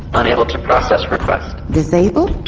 unable to process request disabled?